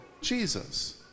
jesus